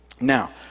Now